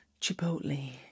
chipotle